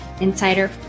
Insider